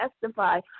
testify